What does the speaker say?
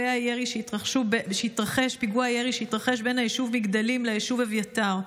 הירי שהתרחש בין היישוב מגדלים ליישוב אביתר.